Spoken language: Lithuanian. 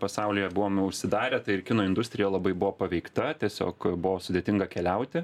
pasaulyje buvome užsidarę tai ir kino industrija labai buvo paveikta tiesiog buvo sudėtinga keliauti